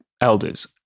Elders